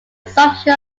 assumption